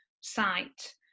site